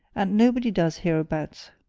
and nobody does hereabouts.